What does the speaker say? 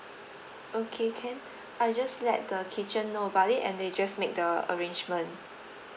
okay can I just let the kitchen know about it and they just make the arrangement